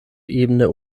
ebene